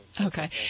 Okay